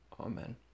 Amen